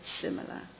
similar